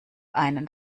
einen